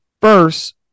first